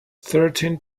thirteen